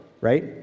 right